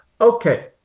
Okay